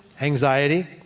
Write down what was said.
anxiety